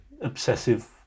obsessive